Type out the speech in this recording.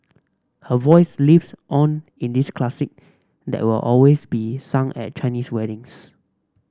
her voice lives on in this classic that will always be sung at Chinese weddings